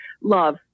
love